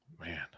man